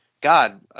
God